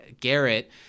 Garrett